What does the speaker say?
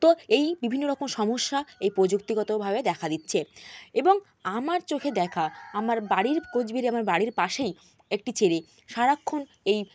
তো এই বিভিন্ন রকম সমস্যা এই প্রযুক্তিগতভাবে দেখা দিচ্ছে এবং আমার চোখে দেখা আমার বাড়ির কোচবিহারে আমার বাড়ির পাশেই একটি ছেলে সারাক্ষণ এই